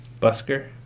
Busker